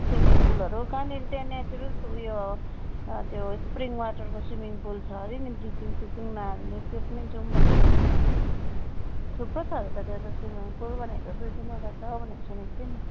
swimming पुलहरू कहाँनिर त्यहाँ नेचरल उयो त्यो स्प्रिङ वाटरको स्विमिङ पुल छ अरे नि ब्लिचिङसिचिङ नहाल्ने त्यो पनि जाउँ भनेर सोचेको थिएँ थुप्रो छ अरे त त्यहाँ त स्विमिङ पुल भनेको दुई तिनवटा छ भनेको सुनेको थिएँ नि